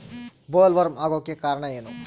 Bollworm ಆಗೋಕೆ ಕಾರಣ ಏನು?